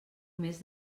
més